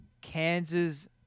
Kansas